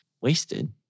wasted